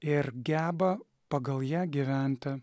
ir geba pagal ją gyventa